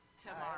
tomorrow